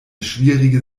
schwierige